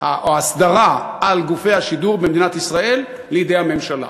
האסדרה על גופי השידור במדינת ישראל לידי הממשלה.